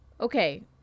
Okay